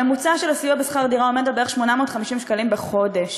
הממוצע של הסיוע בשכר דירה הוא בערך 850 שקלים בחודש